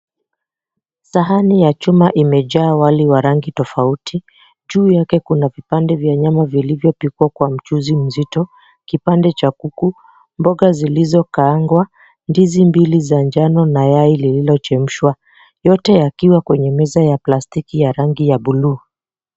Sahani ya chuma imejaa wali wa rangi tofauti juu yake kuna vipande vya nyama vilivyopikwa kwa mchuzi mzito, kipande cha kuku, mboga zilizokaangwa, ndizi mbili za njano na yai lililochemshwa, yote yakiwa kwenye meza ya plastiki ya rangi ya buluu.